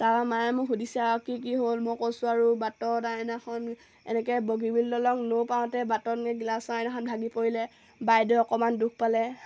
তাৰপৰা মায়ে মোক সুধিছে আৰু কি কি হ'ল মই কৈছোঁ আৰু বাটত আইনাখন এনেকৈ বগীবিল দলং নৌপাওঁতেই বাটত গ্লাচৰ আইনাখন ভাগি পৰিলে বাইদেৱে অকণমান দুখ পালে